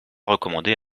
recommander